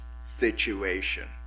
situation